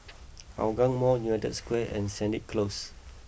Hougang Mall United Square and Sennett Close